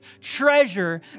treasure